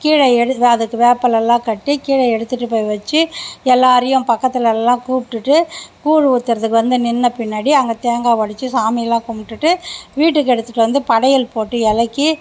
கீழே அதுக்கு வேப்பிலைலலாம் கட்டி கீழே எடுத்துட்டு போய் வச்சு எல்லோரையும் பக்கத்துலலாம் கூப்பிட்டுட்டு கூழு ஊற்றுறதுக்கு வந்து நின்ற பின்னாடி அங்கே தேங்காய் உடச்சி சாமிலாம் கும்பிட்டுட்டு வீட்டுக்கு எடுத்துட்டு வந்து படையல் போட்டு இலைக்கி